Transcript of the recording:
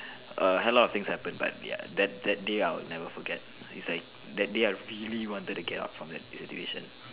err hell of things happen but ya that that day I will never forget is like that day I really wanted to get out from that institution